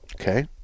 okay